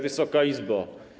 Wysoka Izbo!